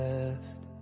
left